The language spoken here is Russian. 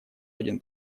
один